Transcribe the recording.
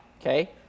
Okay